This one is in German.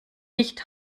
nicht